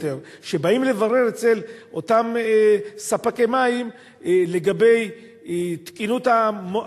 כשבאים לברר אצל אותם ספקי מים לגבי תקינות המד,